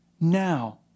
now